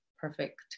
perfect